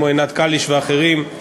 כמו עינת קליש ואחרים,